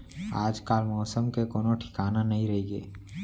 आजकाल मौसम के कोनों ठिकाना नइ रइगे